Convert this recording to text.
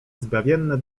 zbawienne